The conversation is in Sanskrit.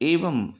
एवम्